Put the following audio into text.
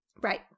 Right